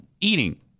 eating